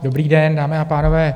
Dobrý den, dámy a pánové.